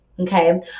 Okay